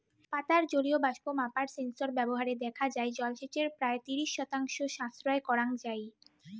পাতার জলীয় বাষ্প মাপার সেন্সর ব্যবহারে দেখা যাই জলসেচের প্রায় ত্রিশ শতাংশ সাশ্রয় করাং যাই